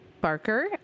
Barker